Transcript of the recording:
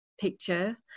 picture